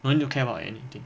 no need to care about anything